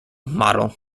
model